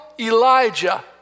Elijah